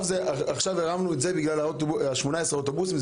עכשיו הרמנו את זה בגלל 18 האוטובוסים,